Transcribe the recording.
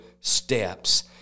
steps